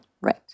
right